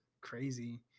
crazy